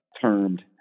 termed